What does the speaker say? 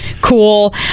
cool